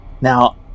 Now